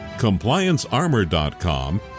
ComplianceArmor.com